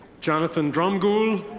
jonathan drumgoole.